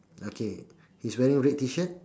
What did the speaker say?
okay he's wearing red T shirt